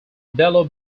belo